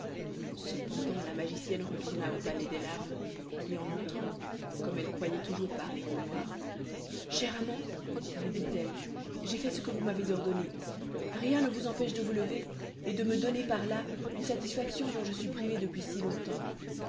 cependant la magicienne retourna au palais des larmes et en entrant comme elle croyait toujours parler au noir cher amant lui dit-elle j'ai fait ce que vous m'avez ordonné rien ne vous empêche de vous lever et de me donner par là une satisfaction dont je suis privée depuis si longtemps